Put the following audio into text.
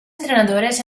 entrenadores